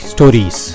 Stories